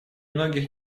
многих